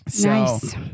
Nice